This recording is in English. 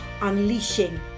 unleashing